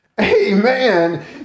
Amen